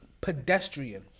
pedestrian